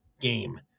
game